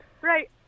right